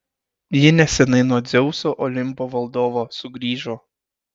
ji neseniai nuo dzeuso olimpo valdovo sugrįžo